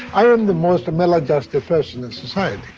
i am the most maladjusted person in society